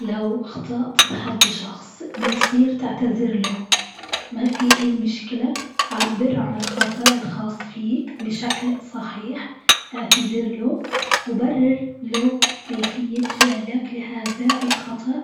لو اخطأت بحق شخص بيصير تعتذر له، ما في أي مشكلة عبر عن الخطأ الخاص فيك بشكل صحيح، اعتذر له، وبرر له كيفية فعلك لهذا الخطأ